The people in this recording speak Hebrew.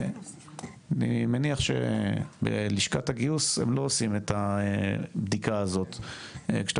אני מניח שבלשכת הגיוס הם לא עושים את הבדיקה הזאת כשאתה